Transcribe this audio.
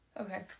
Okay